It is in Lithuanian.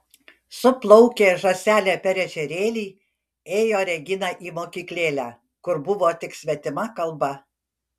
su plaukė žąselė per ežerėlį ėjo regina į mokyklėlę kur buvo tik svetima kalba